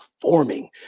forming